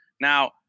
now